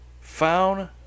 Found